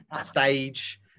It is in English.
stage